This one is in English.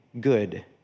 good